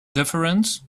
difference